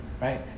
right